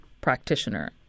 practitioner